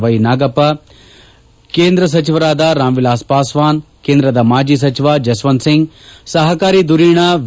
ವ್ಯೆ ನಾಗಪ್ಪ ಕೇಂದ್ರ ಸಚಿವ ರಾಮ್ ವಿಲಾಸ್ ಪಾಸ್ಟಾನ್ ಮಾಜಿ ಸಚಿವ ಜಸ್ವಂತ್ ಸಿಂಗ್ ಸಹಕಾರಿ ಧುರೀಣ ವಿ